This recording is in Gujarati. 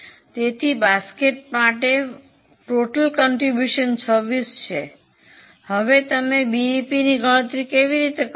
તેથી બાસ્કેટ માટે કુલ ફાળો 26 છે હવે તમે બીઈપીની ગણતરી કેવી રીતે કરશો